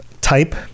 type